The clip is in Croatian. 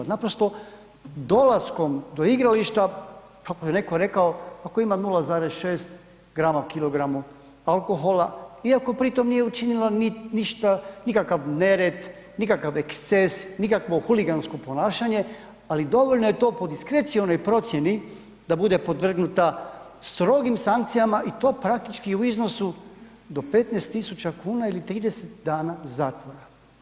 Naprosto dolaskom do igrališta, kako je neko rekao, ako ima 0,6 grama u kilogramu alkohola, iako pri tome nije učinila ništa, nikakav nered, nikakav eksces, nikakvo huligansko ponašanje, ali dovoljno je to po diskrecionoj procjeni da bude podvrgnuta strogim sankcijama i to praktički u iznosu do 15.000 kuna ili 30 dana zatvora.